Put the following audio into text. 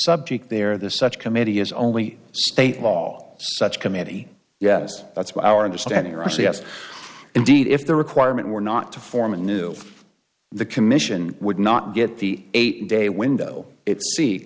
subject there the such committee is only state law such committee yes that's what our understanding roughly yes indeed if the requirement were not to form a new the commission would not get the eight day window